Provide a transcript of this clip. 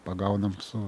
pagaunam su